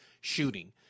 shooting